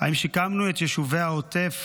האם שיקמנו את יישובי העוטף